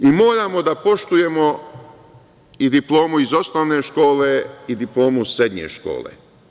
Moramo da poštujemo i diplomu iz osnovne škole i diplomu srednje škole.